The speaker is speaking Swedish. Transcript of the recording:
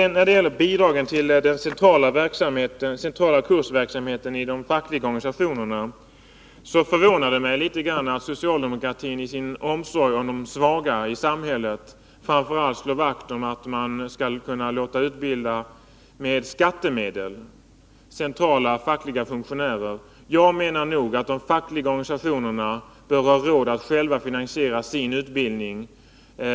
När det gäller bidragen till den centrala kursverksamheten inom de fackliga organisationerna förvånar det mig litet grand att socialdemokratin i sin omsorg om de svaga i samhället framför allt slår vakt om att man med skattemedel skall kunna låta utbilda centrala fackliga funktionärer. Jag menar att de fackliga organisationerna bör ha råd att själva finansiera sin utbildning.